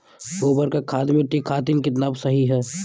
गोबर क खाद्य मट्टी खातिन कितना सही ह?